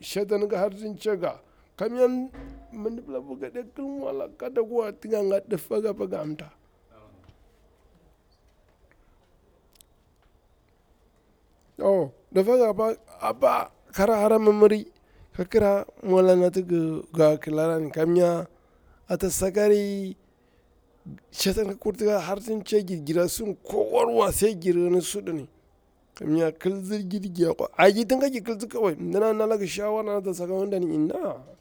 shatan ki hartin canga kamya midi pila abir gaɗe kil mwala kada kuwa ti gan ga difaga pa gamta to difaga pa apa kara hara mimmiri ka kira mwola nati gi ga kilani kamya ata sakari shatang ki kurti ka harting ncagir girasin kowarwa sai gir yini sudunni kamya kil sirgir gira kwa agir tin kagir kilsi kawai mdina nagi shawara ata saka yindan inaa.